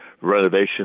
renovation